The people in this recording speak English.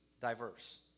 diverse